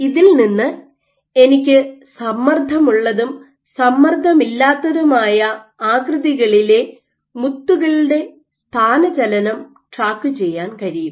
ഇതിൽ നിന്ന് എനിക്ക് സമ്മർദ്ദമുള്ളതും സമ്മർദ്ദമില്ലാത്തതുമായ ആകൃതികളിലെ മുത്തുകളുടെ സ്ഥാനചലനം ട്രാക്കുചെയ്യാൻ കഴിയും